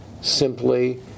simply